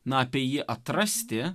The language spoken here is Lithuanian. na apie jį atrasti